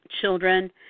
children